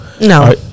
no